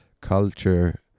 culture